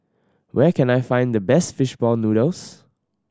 where can I find the best fish ball noodles